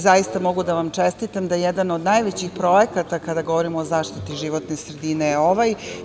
Zaista mogu da vam čestitam da jedan od najvećih projekata kada govorimo o zaštiti životne sredine je ovaj.